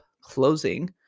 closing